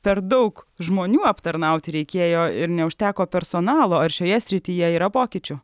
per daug žmonių aptarnauti reikėjo ir neužteko personalo ar šioje srityje yra pokyčių